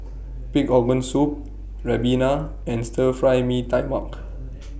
Pig Organ Soup Ribena and Stir Fry Mee Tai Mak